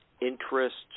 interests